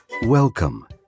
Welcome